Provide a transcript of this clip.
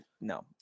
No